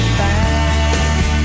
back